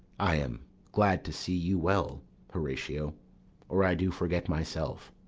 i am glad to see you well horatio or i do forget myself.